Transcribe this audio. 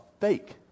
fake